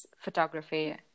photography